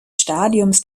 stadiums